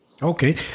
Okay